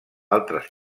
altres